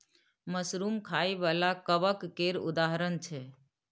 mushroom खाइ बला कबक केर उदाहरण छै